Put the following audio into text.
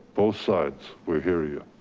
both sides. we hear you.